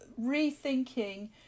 rethinking